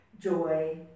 joy